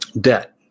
Debt